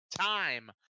time